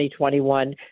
2021